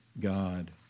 God